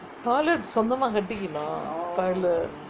toilet சொந்தமா கட்டிக்கனும்:sonthamaa kattikanum toilet